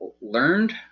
learned